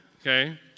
okay